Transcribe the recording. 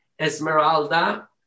Esmeralda